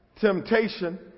temptation